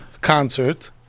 concert